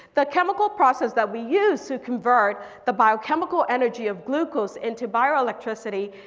the chemical process that we use to convert the biochemical energy of glucose into bio electricity.